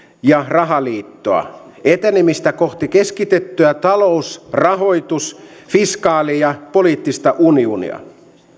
ja rahaliittoa etenemistä kohti keskitettyä talous rahoitus fiskaali ja poliittista unionia